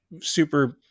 super